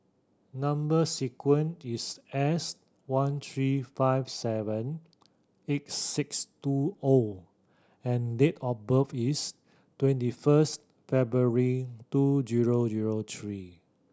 number sequence is S one three five seven eight six two O and date of birth is twenty first February two zero zero three